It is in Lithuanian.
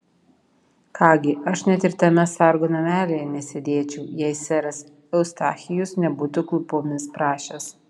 ką gi aš net ir tame sargo namelyje nesėdėčiau jei seras eustachijus nebūtų klūpomis prašęs